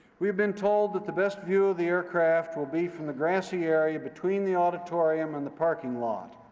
we've been told that the best view of the aircraft will be from the grassy area between the auditorium and the parking lot.